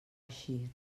eixir